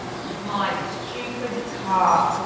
my stupid car.